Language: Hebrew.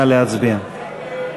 נא להצביע.